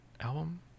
album